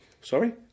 Sorry